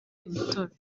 imitobe